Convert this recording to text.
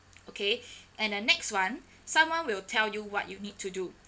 okay and the next one someone will tell you what you need to do